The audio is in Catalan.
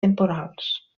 temporals